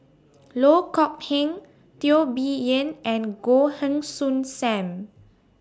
Loh Kok Heng Teo Bee Yen and Goh Heng Soon SAM